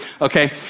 Okay